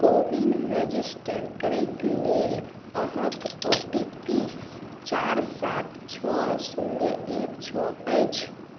को विन रजिस्टर करैक लेल अहाँकऽ ओ टी पी चारि सात छओ शून्य एक छओ अछि